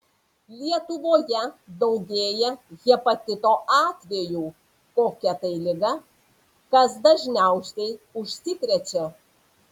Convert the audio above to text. lietuvoje daugėja hepatito atvejų kokia tai liga kas dažniausiai užsikrečia